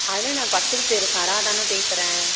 அண்ணா நான் பர்ஸ்ட்டு தெரு சரா தாண்ணா பேசுகிறேன்